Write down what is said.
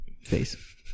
face